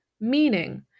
meaning